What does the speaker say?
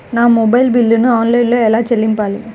నా మొబైల్ బిల్లును ఆన్లైన్లో ఎలా చెల్లించాలి?